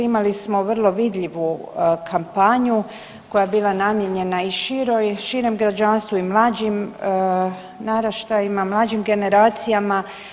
Imali smo vrlo vidljivu kampanju koja je bila namijenjena i široj, širem građanstvu i mlađim naraštajima i mlađim generacijama.